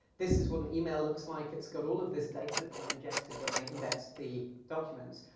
this is what an email looks like, it's got all of this data that i ingested when i indexed the documents.